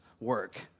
work